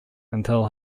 until